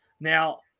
now